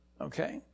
okay